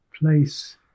place